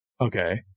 Okay